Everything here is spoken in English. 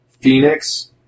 Phoenix